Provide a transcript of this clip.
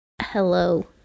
Hello